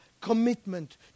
commitment